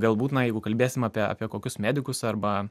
galbūt na jeigu kalbėsim apie apie kokius medikus arba